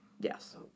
Yes